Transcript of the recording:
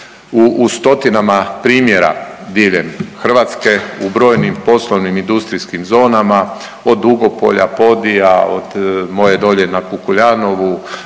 u stotinama primjera diljem Hrvatske, u brojnim poslovnim industrijskim zonama od Dugopolja, Podija, od moje dolje na Kujuljanovu,